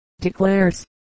declares